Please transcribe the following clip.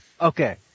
Okay